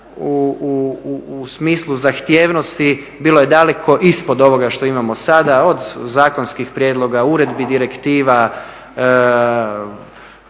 u smislu zahtjevnosti bilo je daleko ispod ovoga što imamo sada, od zakonskih prijedloga, uredbi, direktiva.